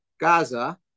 Gaza